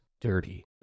dirty